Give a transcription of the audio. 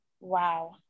Wow